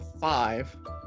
five